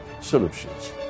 Solutions